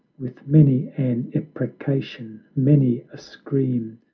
with many an imprecation, many a scream,